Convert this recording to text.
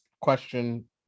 question